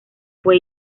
fue